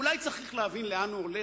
אולי צריך להבין לאן הוא הולך.